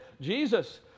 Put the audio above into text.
Jesus